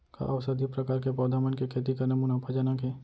का औषधीय प्रकार के पौधा मन के खेती करना मुनाफाजनक हे?